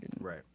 Right